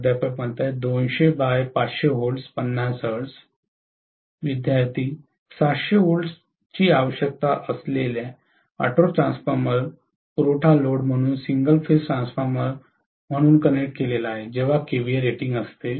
प्राध्यापक 200 by 500 volt 50 hertz विद्यार्थीः 700 व्होल्टची आवश्यकता असलेल्या ऑटो ट्रान्सफॉर्मर पुरवठा लोड म्हणून सिंगल फेज ट्रान्सफॉर्मर कनेक्ट केलेला आहे जेव्हा केव्हीए रेटिंग असते